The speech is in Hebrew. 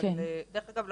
אבל דרך אגב,